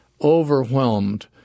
overwhelmed